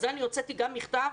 בנושא הזה הוצאתי מכתב